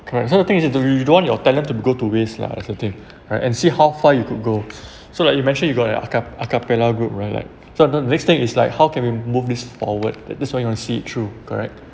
correct so the thing is do you you don't want your talent go to waste lah that's the thing right and see how far you could go so like you mentioned you got a aca~ acapella group right like so don't waste it is like how can we move this forward that that's why you want to see it through correct